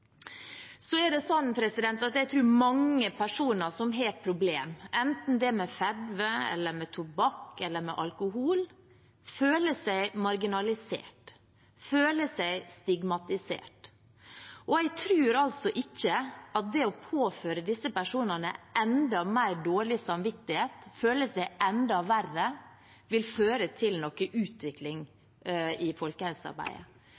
at mange personer som har et problem, enten det er med fedme, tobakk eller alkohol, føler seg marginalisert, føler seg stigmatisert, og jeg tror ikke at det å påføre disse personene enda mer dårlig samvittighet, så de føler seg enda verre, vil føre til